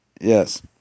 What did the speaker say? Yes